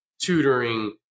tutoring